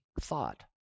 thought